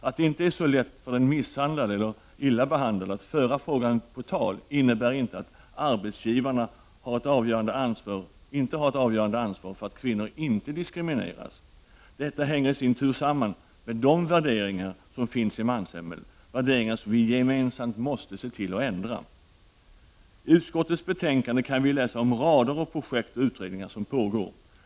Att det inte är så lätt för en misshandlad eller illa behandlad att föra frågan på tal innebär inte att arbetsgivarna inte har ett avgörande ansvar för att kvinnor inte diskrimineras. Detta hänger i sin tur samman med de värderingar som finns i manssamhället — värderingar som vi gemensamt måste se till att det blir en ändring på. I utskottets betänkande kan vi läsa om en rad projekt och utredningar som pågår.